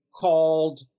called